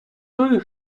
той